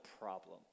problem